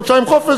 חודשיים חופש,